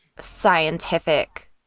scientific